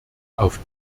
auf